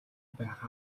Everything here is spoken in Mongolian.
байх